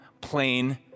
plain